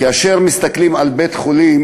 כאשר מסתכלים על בית-חולים